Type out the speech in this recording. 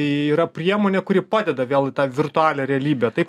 yra priemonė kuri padeda vėl į virtualią realybę taip